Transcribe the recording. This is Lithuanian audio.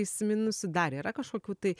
įsiminusi dar yra kažkokių tai